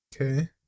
Okay